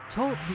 Talk